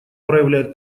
проявляет